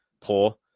poor